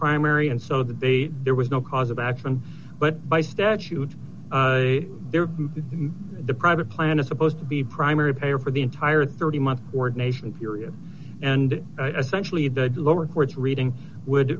primary and so that they there was no cause of action but by statute the private plan is supposed to be primary payor for the entire thirty month ordination period and essentially that lower courts reading would